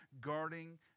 guarding